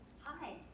Hi